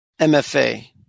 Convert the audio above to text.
MFA